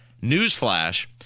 Newsflash